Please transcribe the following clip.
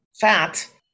fat